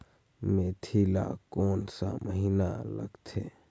मेंथी ला कोन सा महीन लगथे?